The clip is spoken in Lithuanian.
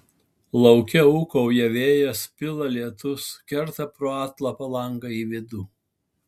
lauke ūkauja vėjas pila lietus kerta pro atlapą langą į vidų